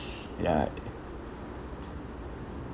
ya